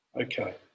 okay